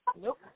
Nope